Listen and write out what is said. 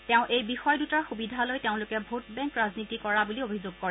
তেওঁ এই বিষয় দুটাৰ সুবিধা লৈ তেওঁলোকে ভোট বেংক ৰাজনীতি কৰা বুলি অভিযোগ কৰে